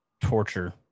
torture